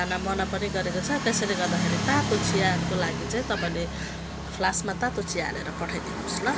खाना मना पनि गरेको छ त्यसैले गर्दाखेरि तातो चियाको लागि चाहिँ तपाईँले फ्लासमा तातो चिया हालेर पठाइदिनु होस् ल